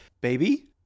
baby